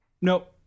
nope